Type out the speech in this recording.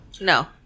No